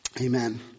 Amen